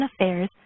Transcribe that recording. Affairs